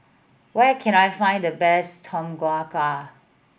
where can I find the best Tom Kha Gai